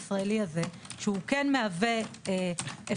אמיתית ותמיד אותם אמיתיים סובלים בגלל הלא אמיתיים.